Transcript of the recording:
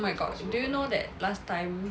oh my god do know that last time